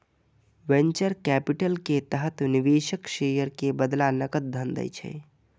venture capital के तहत निवेशक शेयर के बदला नकद धन दै छै